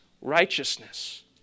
righteousness